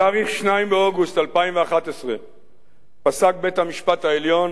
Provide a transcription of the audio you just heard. בתאריך 2 באוגוסט 2011 פסק בית-המשפט העליון